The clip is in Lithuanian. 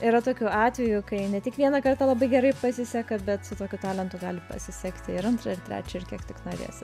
yra tokių atvejų kai ne tik vieną kartą labai gerai pasiseka bet su tokiu talentu gali pasisekti ir antrą ir trečią ir kiek tik norėsi